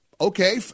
Okay